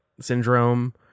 syndrome